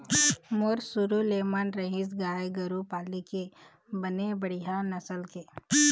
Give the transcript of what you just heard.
मोर शुरु ले मन रहिस गाय गरु पाले के बने बड़िहा नसल के